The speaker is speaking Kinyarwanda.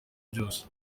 byose